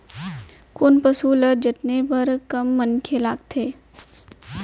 कोन पसु ल जतने बर कम मनखे लागथे?